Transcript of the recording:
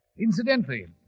Incidentally